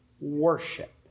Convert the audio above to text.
worship